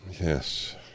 Yes